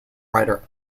writer